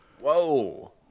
Whoa